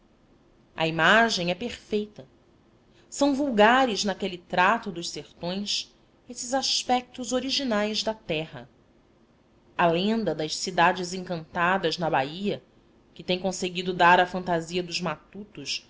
a imagem é perfeita são vulgares naquele trato dos sertões esses aspectos originais da terra as lendas das cidades encantadas na bahia que têm conseguido dar à fantasia dos matutos